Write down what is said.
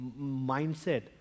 mindset